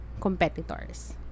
competitors